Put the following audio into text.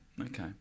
okay